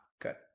Good